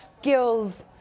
skills